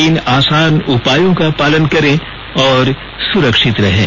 तीन आसान उपायों का पालन करें और सुरक्षित रहें